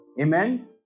Amen